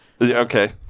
okay